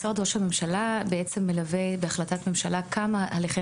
משרד ראש הממשלה בעצם מלווה בהחלטת ממשלה כמה הליכי